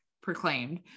proclaimed